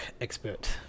expert